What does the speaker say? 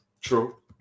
True